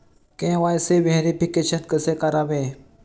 KYC verification कसे करावे?